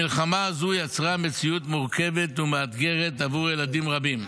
המלחמה הזו יצרה מציאות מורכבת ומאתגרת עבור ילדים רבים.